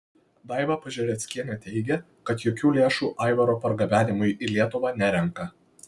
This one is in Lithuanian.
daiva pažereckienė teigė kad jokių lėšų aivaro pargabenimui į lietuvą nerenka